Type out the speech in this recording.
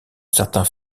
certains